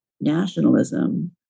nationalism